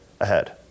ahead